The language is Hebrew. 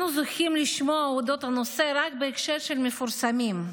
אנו זוכים לשמוע על הנושא רק בהקשר של מפורסמים,